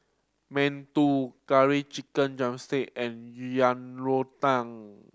mantou Curry Chicken drumstick and Yang Rou Tang